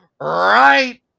right